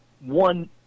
one